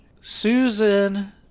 Susan